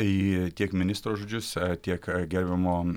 į tiek ministro žodžius tiek gerbiamo